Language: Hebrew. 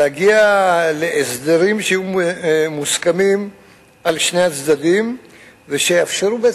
להגיע להסדרים שיהיו מוסכמים על שני הצדדים ויאפשרו את